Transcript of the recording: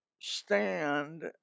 stand